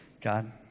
God